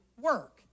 work